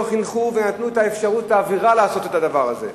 חינכו ונתנו אפשרות לעשות את הדבר הזה.